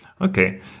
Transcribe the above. Okay